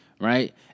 right